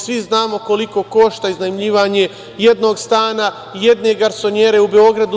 Svi znamo koliko košta iznajmljivanje jednog stana, jedne garsonjere u Beogradu.